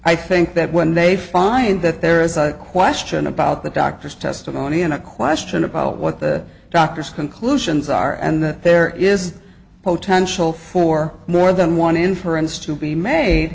i think that when they find that there is a question about the doctor's testimony and a question about what the doctor's conclusions are and there is potential for more than one inference to be made